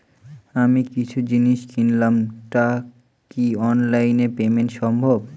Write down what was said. আমি কিছু জিনিস কিনলাম টা কি অনলাইন এ পেমেন্ট সম্বভ?